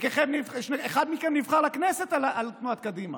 אחד מכם נבחר לכנסת עם תנועת קדימה.